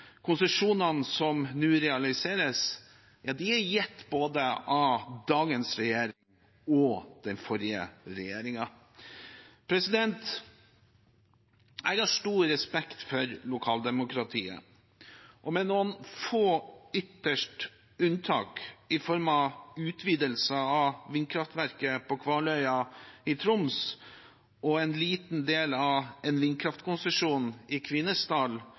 Konsesjonene som nå realiseres, er gitt både av dagens regjering og den forrige regjeringen. Jeg har stor respekt for lokaldemokratiet, og med noen ytterst få unntak i form av utvidelser av vindkraftverket på Kvaløy i Troms og en liten del av en vindkraftkonsesjon i